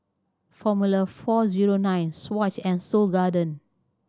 Formula Four Zero Nine Swatch and Seoul Garden